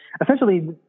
essentially